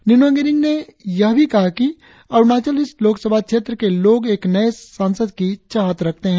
निनोंग एरिंग ने यह भी कहा कि अरुणाचल ईस्ट लोक सभा क्षेत्र के लोग एक नए सांसद की चाहत रखती है